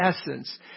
essence